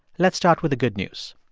let's start with the good news.